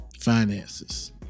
finances